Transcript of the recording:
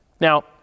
now